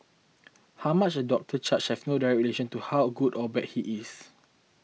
how much a doctor charges has no direct relation to how good or bad he is